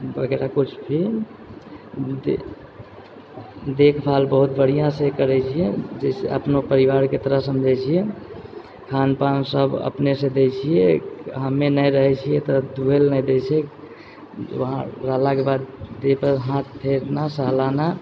सोना बगैरह कुछ भी देखभाल बहुत बढ़िआँसँ करै छियै जाहिसँ अपना परिवारके तरह समझै छियै खानपान सभ अपनेसँ दै छियै हमे नहि रहै छियै तऽ दुहैल नहि दै छै उहाँ रहलाक बाद देहपर हाथ फेरना सहलाना